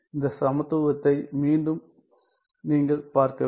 இந்த சமத்துவத்தை மீண்டும் நீங்கள் பார்க்க வேண்டும்